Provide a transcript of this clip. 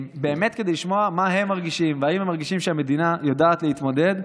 באמת כדי לשמוע מה הם מרגישים ואם הם מרגישים שהמדינה יודעת להתמודד.